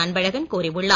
அன்பழகன் கூறியுள்ளார்